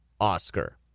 Oscar